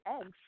eggs